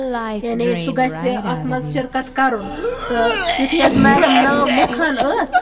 یعنی سُہ گژھِ اَتھ منٛز شِرکَت کَرُن تہٕ یِتھُے اَسہِ میڈَم ناو لیٚکھان ٲس